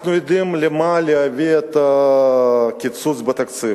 אנחנו יודעים למה יביא הקיצוץ בתקציב.